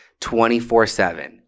24-7